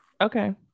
Okay